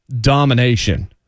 Domination